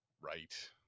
right